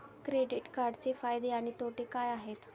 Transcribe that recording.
Credit कार्डचे फायदे आणि तोटे काय आहेत?